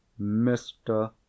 Mr